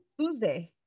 Tuesday